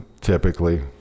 typically